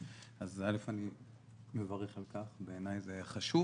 אז אני מברך על כך כי בעיני זה חשוב,